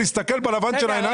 להסתכל בלבן של העיניים.